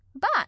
But